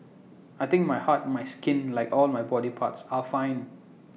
I think my heart my skin like all my body parts are fine